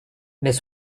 mais